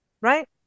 Right